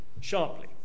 sharply